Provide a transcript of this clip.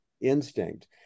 instinct